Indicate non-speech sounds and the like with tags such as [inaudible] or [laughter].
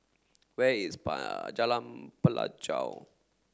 where is [unintelligible] Jalan Pelajau